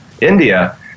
India